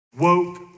woke